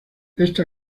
esta